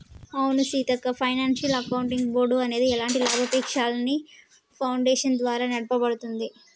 అవును Seethakka financial accounting board అనేది ఎలాంటి లాభాపేక్షలేని ఫాడేషన్ ద్వారా నడపబడుతుంది